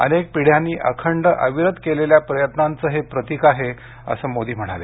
अनेक पिढ्यांनी अखंड अविरत केलेल्या प्रयत्नांचं हे प्रतिक आहे असं मोदी यावेळी म्हणाले